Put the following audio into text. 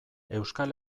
euskal